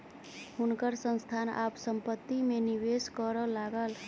हुनकर संस्थान आब संपत्ति में निवेश करय लागल